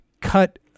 cut